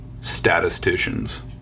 statisticians